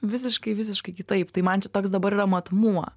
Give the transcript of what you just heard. visiškai visiškai kitaip tai man čia toks dabar yra matmuo